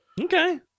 Okay